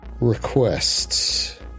requests